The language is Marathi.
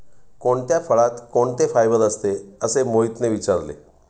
कोणत्या फळात कोणते फायबर असते? असे मोहितने विचारले